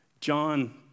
John